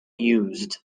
used